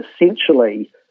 essentially